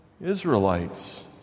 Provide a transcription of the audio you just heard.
Israelites